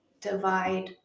divide